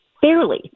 fairly